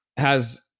has.